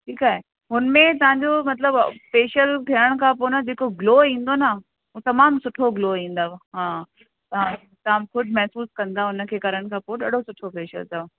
ठीकु आहे हुन में तव्हांजो मतलबु फ़ेशियल थियण खां पोइ न जेको ग्लो ईंदो न हू तमामु सुठो ग्लो ईंदव हा तव्हां तव्हां ख़ुदि महिसूसु कंदा हुनखे करण खां पोइ ॾाढो सुठो फ़ेशियल अथव